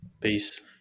Peace